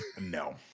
no